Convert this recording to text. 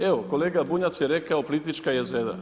Evo kolega Bunjac je rekao Plitvička jezera.